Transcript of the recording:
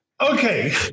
Okay